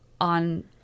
on